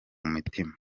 mutima